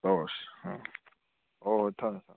ꯇꯧꯔꯁꯤ ꯎꯝ ꯍꯣꯏ ꯍꯣꯏ ꯊꯝꯃꯦ ꯊꯝꯃꯦ